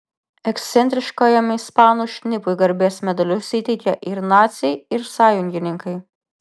ekscentriškajam ispanų šnipui garbės medalius įteikė ir naciai ir sąjungininkai